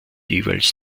jeweils